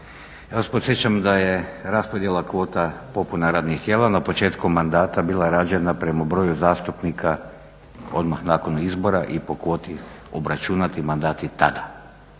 vas podsjećam da je raspodjela kvota popuna radnih tijela na početku mandata bila rađena prema broju zastupnika odmah nakon izbora i po kvoti obračunati mandati tada.